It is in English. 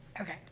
okay